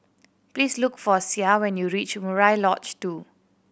please look for Sie when you reach Murai Lodge Two